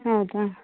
ಹೌದಾ